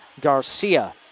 Garcia